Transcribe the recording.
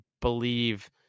believe